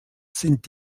sind